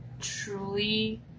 truly